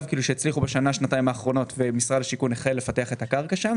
שהצליחו בשנה-שנתיים האחרונות ומשרד השיכון החל לפתח את הקרקע שם.